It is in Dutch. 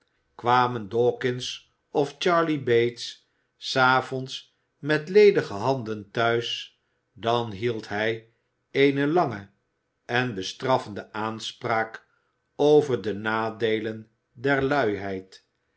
kwamen dawkins of charley bates des avonds met ledige handen thuis dan hield hij eene lange en bestraffende aanspraak over de nadeelen der luiheid